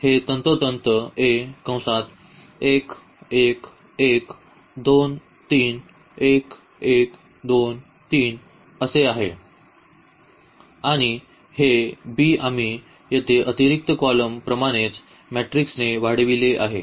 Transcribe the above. तर हे तंतोतंत A आहे आणि हे b आम्ही येथे अतिरिक्त कॉलम प्रमाणेच मॅट्रिक्सने वाढविले आहे